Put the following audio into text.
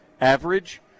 average